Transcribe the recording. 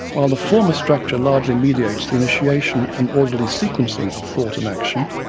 while the former structure largely mediates the initiation and orderly sequencing of thought and action,